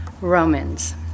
Romans